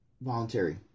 Voluntary